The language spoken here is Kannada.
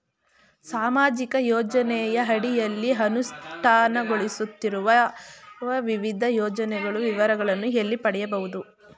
ಸಾಮಾಜಿಕ ಯೋಜನೆಯ ಅಡಿಯಲ್ಲಿ ಅನುಷ್ಠಾನಗೊಳಿಸುತ್ತಿರುವ ವಿವಿಧ ಯೋಜನೆಗಳ ವಿವರಗಳನ್ನು ಎಲ್ಲಿ ಪಡೆಯಬಹುದು?